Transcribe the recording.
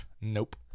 nope